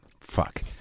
Fuck